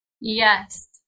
Yes